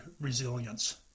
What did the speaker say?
resilience